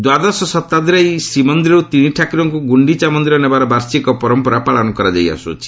ଦ୍ୱାଦଶ ଶତାବ୍ଦୀର ଏହି ଶ୍ରୀମନ୍ଦିରରୁ ତିନିଠାକୁରଙ୍କୁ ଗୁଷ୍ଠିଚା ମନ୍ଦିର ନେବାର ବାର୍ଷିକ ପରମ୍ପରା ପାଳନ କରାଯାଇଆସ୍କୁଛି